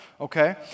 okay